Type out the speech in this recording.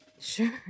Sure